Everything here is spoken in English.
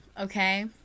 okay